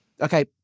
Okay